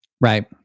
right